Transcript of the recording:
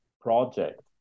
project